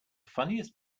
funniest